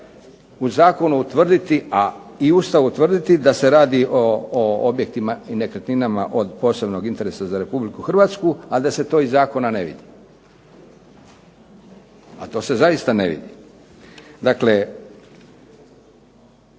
u zakonu utvrditi i Ustavu utvrditi da se radi o objektima i nekretninama od posebnog interesa za Republiku Hrvatsku a da se to iz zakona ne vidi, a to se zaista ne vidi. Dakle,